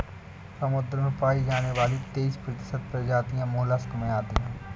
समुद्र में पाई जाने वाली तेइस प्रतिशत प्रजातियां मोलस्क में आती है